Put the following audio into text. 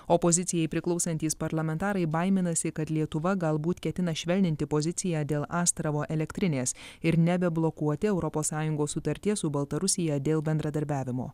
opozicijai priklausantys parlamentarai baiminasi kad lietuva galbūt ketina švelninti poziciją dėl astravo elektrinės ir nebeblokuoti europos sąjungos sutarties su baltarusija dėl bendradarbiavimo